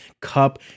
Cup